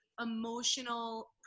emotional